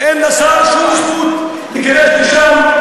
ואין לשר שום זכות להיכנס לשם.